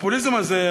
הפופוליזם הזה,